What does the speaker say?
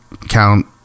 count